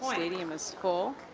ah stadium is full.